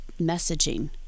messaging